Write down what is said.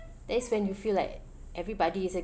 that is when you feel like everybody is against